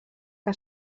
que